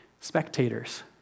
spectators